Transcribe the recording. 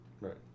right